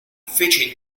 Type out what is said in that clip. fece